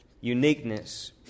uniqueness